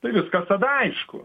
tai viskas tada aišku